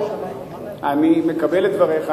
אני מקבל את דבריך,